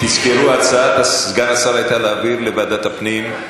תזכרו, הצעת סגן השר הייתה להעביר לוועדת הפנים.